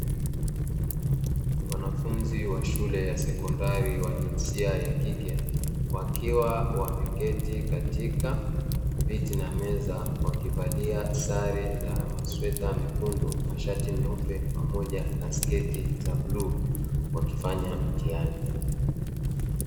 Wanafunzi wa sekondari wa jinsia ya kike wakiwa wameketi katika viti na meza, wakivalia sare za masweta mekundu, mashati meupe na sketch za bluu wakifanya mtihani.